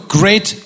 great